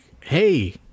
hey